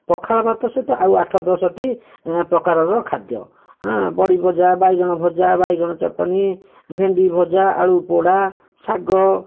ପଖାଳ ଭାତ ସହିତ ଆଉ ଆଠ ଦଶଟି ପକାରର ଖାଦ୍ୟ ବଡ଼ି ଭଜା ବାଇଗଣ ଭଜା ବାଇଗଣ ଚଟଣି ଭେଣ୍ଡି ଭଜା ଆଲୁ ପୋଡ଼ା ଶାଗ